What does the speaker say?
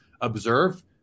observe